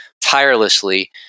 tirelessly